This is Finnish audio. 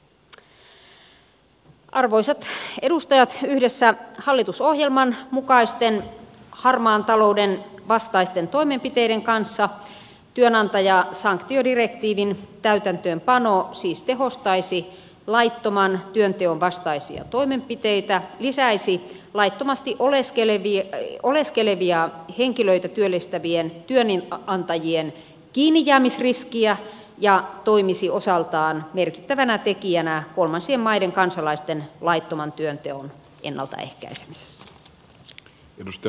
arvoisat edustajat yhdessä hallitusohjelman mukaisten harmaan talouden vastaisten toimenpiteiden kanssa työnantajasanktiodirektiivin täytäntöönpano siis tehostaisi laittoman työnteon vastaisia toimenpiteitä lisäisi laittomasti oleskelevia henkilöitä työllistävien työnantajien kiinnijäämisriskiä ja toimisi osaltaan merkittävänä tekijänä kolmansien maiden kansalaisten laittoman työnteon ennaltaehkäisemisessä